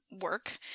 work